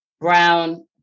brown